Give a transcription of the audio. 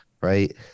right